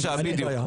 בבקשה, בדיוק.